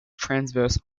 transverse